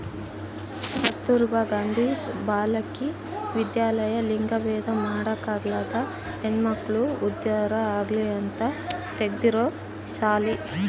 ಕಸ್ತುರ್ಭ ಗಾಂಧಿ ಬಾಲಿಕ ವಿದ್ಯಾಲಯ ಲಿಂಗಭೇದ ಮಾಡ ಕಾಲ್ದಾಗ ಹೆಣ್ಮಕ್ಳು ಉದ್ದಾರ ಆಗಲಿ ಅಂತ ತೆಗ್ದಿರೊ ಸಾಲಿ